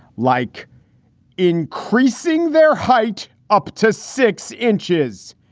like increasing their height up to six inches.